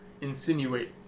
insinuate